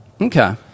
okay